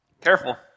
Careful